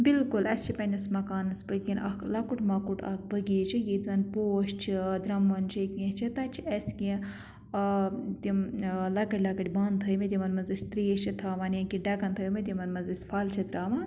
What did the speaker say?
بالکل اَسہِ چھُ پَنس مکانس پٔتکِن اکھ لَکُٹ مَکُٹ اکھ بٔغیچہ ییٚتہِ زن پوش چھِ درمُن چھُ کیٚنٛہہ چھُ تِتہ چھِ اَسہِ کیٚنٛہہ آ تِم لَکٕٹۍ لَکٕٹۍ بانہٕ تھٲیمٕتۍ یِمن منٛز أسۍ تریش چھِ تھاوان یا کیٚنٛہہ ڈکَن تھٲیمٕتۍ یِمن منٛز أسۍ پھل چھِ تراوان